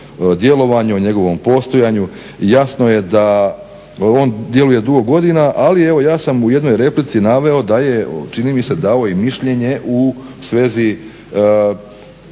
o njegovom postojanju, jasno je da on djeluje dugo godina. Ali evo ja sam u jednoj replici naveo da je, čini mi se davao i mišljenje u svezi